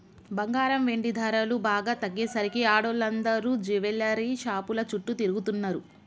బంగారం, వెండి ధరలు బాగా తగ్గేసరికి ఆడోళ్ళందరూ జువెల్లరీ షాపుల చుట్టూ తిరుగుతున్నరు